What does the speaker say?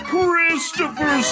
Christopher